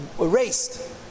erased